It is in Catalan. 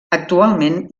actualment